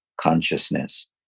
consciousness